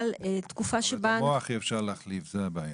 אבל את המוח אי אפשר להחליף, זו הבעיה.